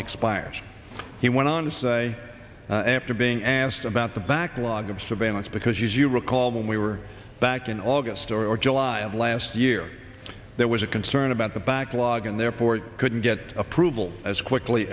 expires he went on to say after being asked about the backlog of surveillance because you recall when we were back in august or july of last year there was a concern about the backlog and therefore couldn't get approval as quickly